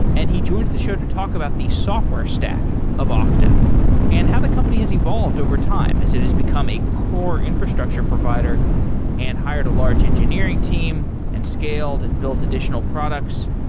and he joins the show to talk about the software stack of ah okta and how the company has evolved overtime as it has become a core infrastructure provider and hired a large engineering team, and scaled, and built additional products.